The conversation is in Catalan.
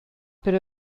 per